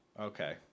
Okay